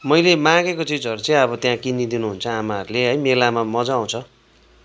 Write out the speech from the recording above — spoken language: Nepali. मैले मागेको चिजहरू चाहिँ अब त्यहाँ किनिदिनुहुन्छ आमाहरूले है मेलामा मज्जा आउँछ